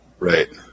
Right